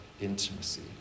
intimacy